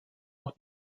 auch